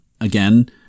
again